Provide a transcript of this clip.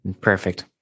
perfect